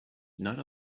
night